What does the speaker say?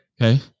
Okay